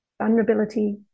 vulnerability